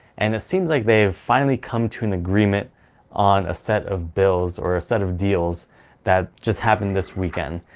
and it seems like they've finally come to an agreement on a set of bills, or a set of deals that just happened this weekend.